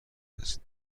است